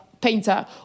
Painter